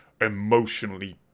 emotionally